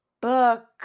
book